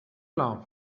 لامپ